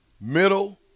middle